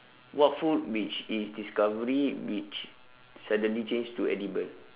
what food which it's discovery which suddenly change to edible